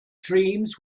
dreams